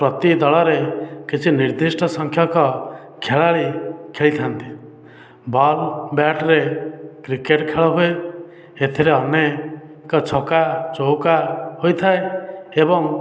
ପ୍ରତି ଦଳରେ କିଛି ନିର୍ଦ୍ଧିଷ୍ଟ ସଂଖ୍ୟକ ଖେଳାଳି ଖେଳିଥାନ୍ତି ବଲ୍ ବ୍ୟାଟ୍ରେ କ୍ରିକେଟ ଖେଳ ହୁଏ ଏଥିରେ ଆମେ ଏକ ଛକା ଚଉକା ହୋଇଥାଏ ଏବଂ